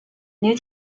new